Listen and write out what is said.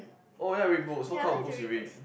oh ya read books what kind of books you read